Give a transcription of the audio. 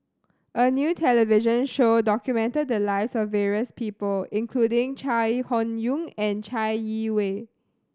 a new television show documented the lives of various people including Chai Hon Yoong and Chai Yee Wei